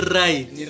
right